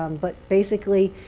um but basically,